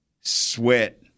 Sweat